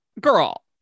Girl